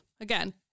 again